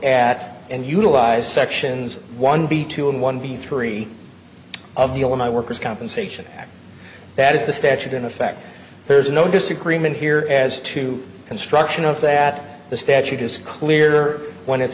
at and utilized sections one b two and one b three of the alumni worker's compensation act that is the statute in effect there's no disagreement here as to construction of that the statute is clear when it